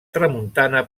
tramuntana